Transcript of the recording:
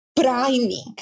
priming